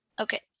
Okay